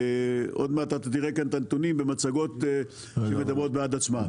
ועוד מעט אתה תראה כאן את הנתונים במצגות שמדברות בעד עצמן.